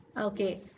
okay